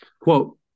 Quote